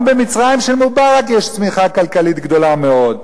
גם במצרים של מובארק יש צמיחה כלכלית גדולה מאוד,